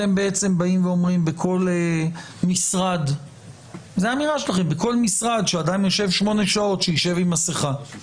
אתם באים ואומרים בכל משרד כשאדם יושב שמונה שעות עם מסכה,